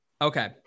okay